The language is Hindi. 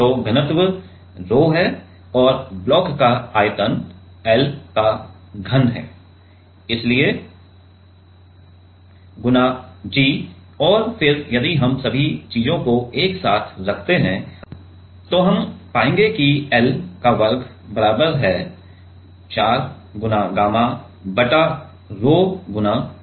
तो घनत्व rho है और ब्लॉक का आयतन L घन है इसलिए गुणा g और फिर यदि हम सभी चीजों को एक साथ रखते हैं तो हम पाएंगे कि L वर्ग बराबर है 4 गामा rho गुणा g से विभाजित है